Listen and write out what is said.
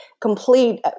complete